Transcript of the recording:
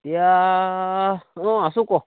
এতিয়া অঁ আছোঁ ক